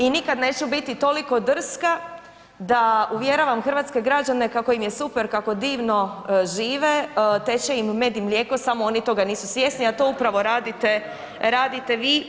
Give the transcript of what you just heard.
I nikad neću biti toliko drska da uvjeravam hrvatske građane kako im je super, kako divno žive, teče im med i mlijeko samo oni toga nisu svjesni, a to upravo radite ovom vašom replikom.